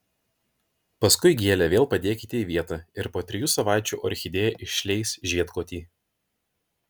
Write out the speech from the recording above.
paskui gėlę vėl padėkite į vietą ir po trijų savaičių orchidėja išleis žiedkotį